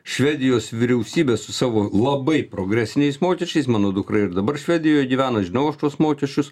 švedijos vyriausybė su savo labai progresiniais mokesčiais mano dukra ir dabar švedijoj gyvena žinau aš tuos mokesčius